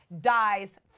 dies